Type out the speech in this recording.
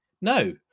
No